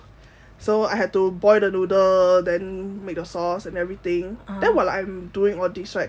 so I had to boil the noodle then made the sauce and everything then while I'm doing all these right